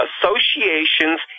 associations